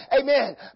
Amen